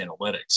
analytics